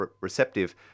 receptive